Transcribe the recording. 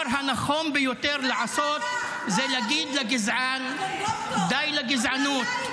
הנכון ביותר לעשות זה להגיד לגזען: די לגזענות.